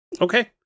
okay